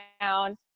down